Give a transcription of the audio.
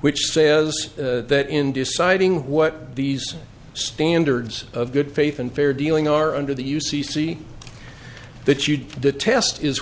which says that in deciding what these standards of good faith and fair dealing are under the u c c that you did the test is